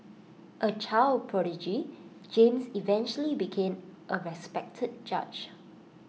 A child prodigy James eventually became A respected judge